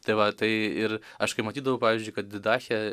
tai va tai ir aš kai matydavau pavyzdžiui kad didache